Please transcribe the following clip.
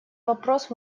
вопрос